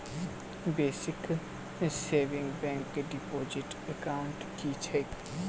Basic savings bank deposit account की छैक?